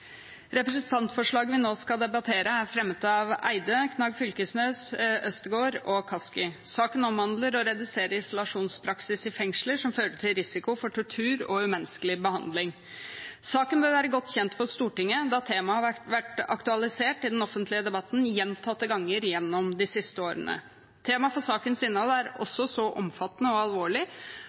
Representantforslaget vi nå skal debattere, er fremmet av Petter Eide, Torgeir Knag Fylkesnes, Freddy André Øvstegård og Kari Elisabeth Kaski. Saken handler om å redusere isolasjonspraksis i fengsler som fører til risiko for tortur og umenneskelig behandling. Saken bør være godt kjent for Stortinget da temaet har vært aktualisert i den offentlige debatten gjentatte ganger gjennom de siste årene. Temaet for sakens innhold er også så omfattende og alvorlig